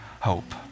hope